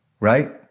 Right